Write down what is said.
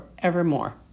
forevermore